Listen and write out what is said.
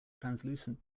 translucent